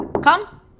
Come